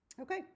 Okay